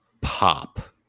pop